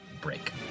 break